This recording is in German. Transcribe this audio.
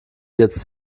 jetzt